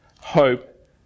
hope